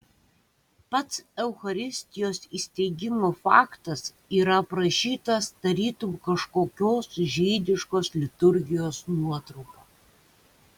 pats eucharistijos įsteigimo faktas yra aprašytas tarytum kažkokios žydiškos liturgijos nuotrupa